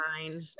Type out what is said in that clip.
mind